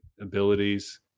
abilities